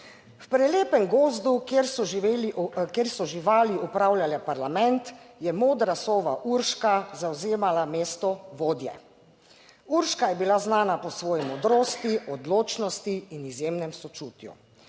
živeli, kjer so živali upravljale parlament, je modra sova Urška zavzemala mesto vodje. Urška je bila znana po svoji modrosti, odločnosti in izjemnem sočutju.